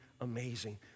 amazing